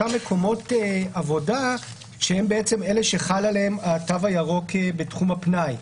אותם מקומות עבודה שהם בעצם אלה שחל עליהם התו הירוק בתחום הפנאי.